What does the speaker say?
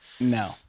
No